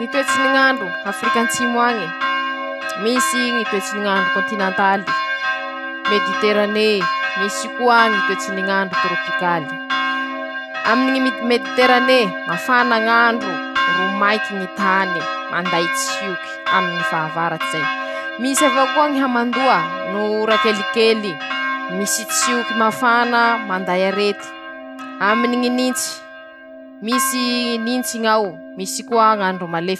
Ñy toetsy ny ñ'andro Afrik'antsimo ange: 5Misy Ñy toetsy ny ñy ñ'andro kôntinantaly, mediterané, misy koa Ñy toetsy ny ñ'andro torôpikaly, aminy ñy mm mediterané, mafana ñ'andro ro maiky ñy tany, manday tsioky, aminy ñy fahavaratsy zay, misy avao koa ñy hamandoa no ora kelikely, misy tsioky mafana manday arety, aminy ñy nintsy, misy nintsy ñao, misy koa ñ'andro malefaky.